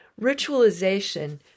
ritualization